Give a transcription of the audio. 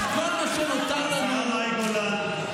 אז כל מה שנותר לנו, השרה מאי גולן.